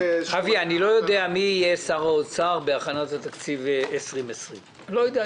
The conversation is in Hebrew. אני לא יודע מי שיהיה שר האוצר בהכנת התקציב 2020. אני לא יודע.